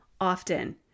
often